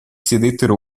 sedettero